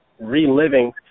reliving